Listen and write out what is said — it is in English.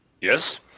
Yes